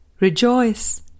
Rejoice